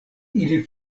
ili